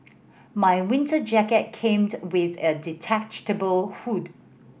my winter jacket came with a detachable hood